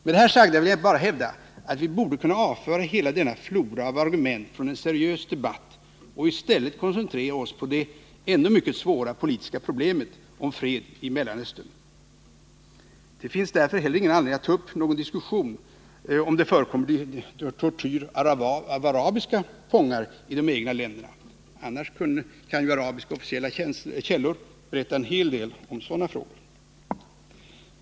Med det här sagda vill jag bara hävda att vi borde kunna avföra hela denna flora av argument från en seriös debatt och i stället koncentrera oss på det ändå mycket svåra politiska problemet om fred i Mellanöstern. Det finns därför heller ingen anledning att ta upp någon diskussion om huruvida det förekommer tortyr av arabiska fångar i deras egna länder. Annars kan ju arabiska officiella källor berätta en hel del om sådana frågor.